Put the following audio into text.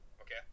okay